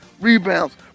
rebounds